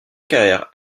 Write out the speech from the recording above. carrière